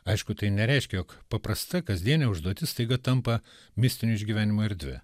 aišku tai nereiškia jog paprasta kasdienė užduotis staiga tampa mistinių išgyvenimų erdve